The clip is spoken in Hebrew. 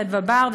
חדוה בָּר,